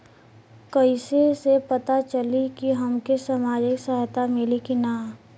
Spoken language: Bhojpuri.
कइसे से पता चली की हमके सामाजिक सहायता मिली की ना?